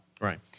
Right